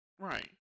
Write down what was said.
Right